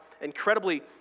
incredibly